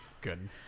Good